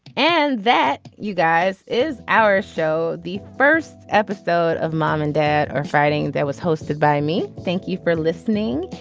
and that you guys is our show the first episode of mom and dad are fighting that was hosted by me. thank you for listening.